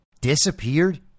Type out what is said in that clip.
disappeared